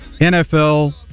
NFL